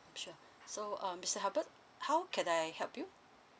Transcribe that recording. sure so um mister albert how can I help you